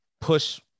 push